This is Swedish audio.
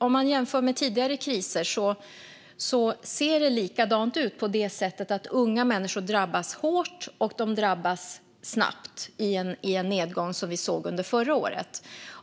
Om man jämför med tidigare kriser ser det likadant ut på det sättet att unga människor drabbas hårt och drabbas snabbt i en nedgång, vilket vi såg under förra året.